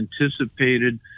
anticipated